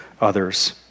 others